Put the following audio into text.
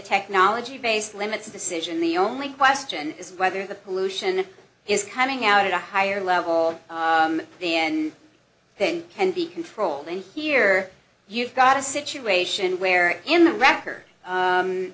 technology base limits decision the only question is whether the pollution is coming out at a higher level the end then can be controlled and here you've got a situation where in the record